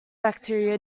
bacteria